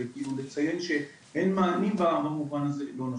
לציין שאין מענים במובן הזה, זה לא נכון.